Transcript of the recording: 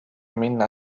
minna